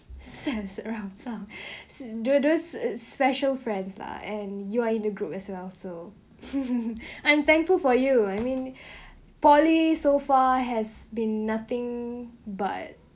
sense around some those those is special friends lah and you are in the group as well so I'm thankful for you I mean poly so far has been nothing but